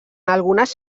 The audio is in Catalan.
algunes